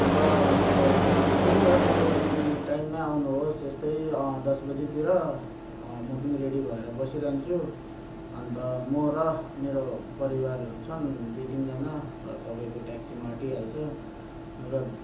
र त त्यही त तपाईँ टाइममै आउनु होस् यस्तै दस बजेतिर म पनि रेडी भएर बसिरहन्छु अन्त म र मेरो परिवारहरू छन् दुई तिनजना र तपाईँको ट्याक्सीमा अँटिहाल्छ र